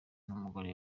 n’umugore